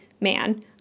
man